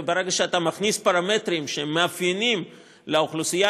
וברגע שאתה מכניס פרמטרים שהם מאפיינים של האוכלוסייה